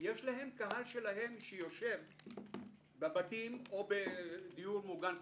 יש להם קהל שלהם שיושב בבתים או בדיור מוגן,